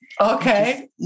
Okay